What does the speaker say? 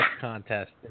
contest